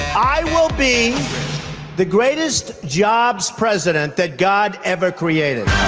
i will be the greatest jobs president that god ever created. i